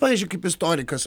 pavyzdžiui kaip istorikas